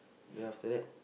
then after that